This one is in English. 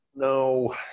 No